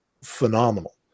phenomenal